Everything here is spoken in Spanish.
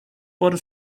por